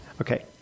Okay